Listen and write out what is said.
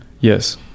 yes